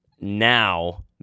now